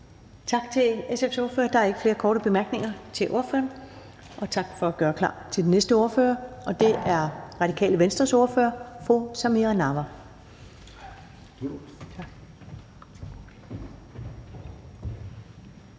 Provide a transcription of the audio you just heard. Tak til SF's ordfører. Der er ikke flere korte bemærkninger til ordføreren. Tak for at gøre klar til den næste ordfører, og det er Radikale Venstres ordfører, fru Samira Nawa.